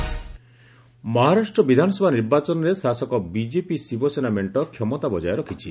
ଆସେମ୍କି polls Maharashtra ବିଧାନସଭା ନିର୍ବାଚନରେ ଶାସକ ବିଜେପି ଶିବସେନା ମେଣ୍ଟ କ୍ଷମତା ବଜାୟ ରଖିଛି